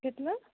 કેટલા